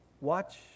watch